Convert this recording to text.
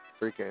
freaking